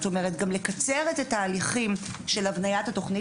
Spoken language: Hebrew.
גם לקצר את התהליכים של הבניית התוכנית,